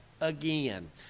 again